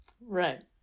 Right